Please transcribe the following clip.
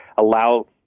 allow